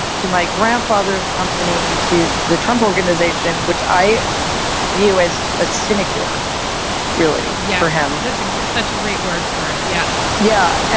to my grandfather's company, to the trump organization, which i view as a cynic you're really you for him. that's such a great word for it. yeah yeah.